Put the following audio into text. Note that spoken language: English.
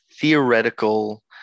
theoretical